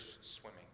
swimming